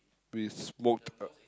we smoked